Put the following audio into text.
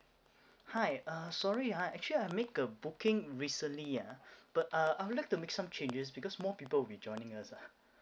hi sorry uh sorry ah actually I make a booking recently ya but uh I would like to make some changes because more people will be joining us ah